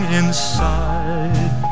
inside